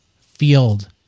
field